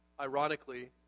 ironically